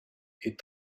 est